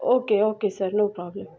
okay okay sir no problem